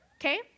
okay